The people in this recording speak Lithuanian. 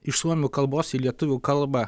iš suomių kalbos į lietuvių kalba